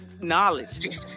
Knowledge